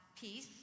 peace